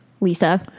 Lisa